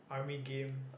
army game